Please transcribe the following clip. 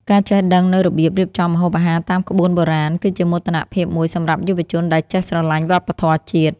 ការចេះដឹងនូវរបៀបរៀបចំម្ហូបអាហារតាមក្បួនបុរាណ គឺជាមោទនភាពមួយសម្រាប់យុវជនដែលចេះស្រឡាញ់វប្បធម៌ជាតិ។